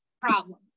problem